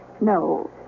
No